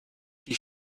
die